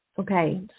Okay